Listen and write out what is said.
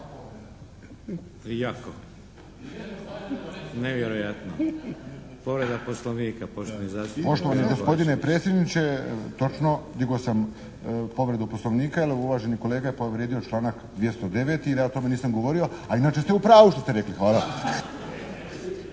Pero Kovačević. **Kovačević, Pero (HSP)** Poštovani gospodine predsjedniče, točno digao sam povredu poslovnika jer uvaženi kolega je povrijedio članak 209. jer ja o tome nisam govorio, a inače ste u pravu što ste rekli. Hvala.